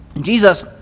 Jesus